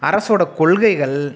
அரசோட கொள்கைகள்